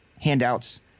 handouts